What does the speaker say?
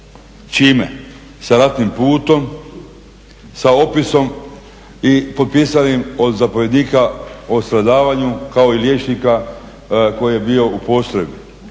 čime, sa ratnim putom, sa opisom i potpisanim od zapovjednika o stradavanju, kao i liječnika koji je bio u postrojbi.